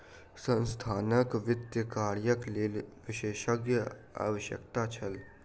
संस्थानक वित्तीय कार्यक लेल विशेषज्ञक आवश्यकता छल